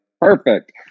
perfect